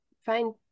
find